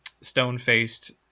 stone-faced